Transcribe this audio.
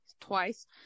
twice